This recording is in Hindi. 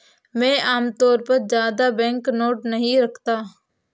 मैं आमतौर पर ज्यादा बैंकनोट नहीं रखता